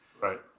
Right